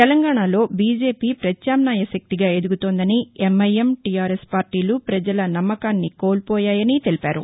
తెలంగాణలో బీజేపీ ప్రత్యామ్నాయ శక్తిగా ఎదుగుతోందని ఎంఐఎం టీఆర్ఎస్ పార్లీలు ప్రజల నమ్మకాన్ని కోల్పోయాయని తెలిపారు